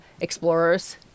explorers